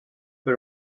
per